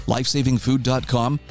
LifesavingFood.com